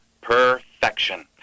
Perfection